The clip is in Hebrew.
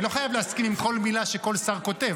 אני לא חייב להסכים עם כל מילה שכל שר כותב.